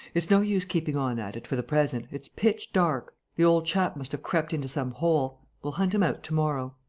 it's no use keeping on at it for the present. it's pitch dark. the old chap must have crept into some hole. we'll hunt him out to-morrow.